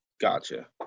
Gotcha